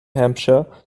hampshire